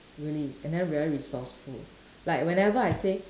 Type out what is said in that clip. really and then very resourceful like whenever I say